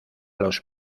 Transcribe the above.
los